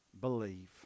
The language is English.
believe